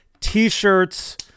T-shirts